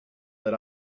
that